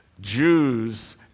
Jews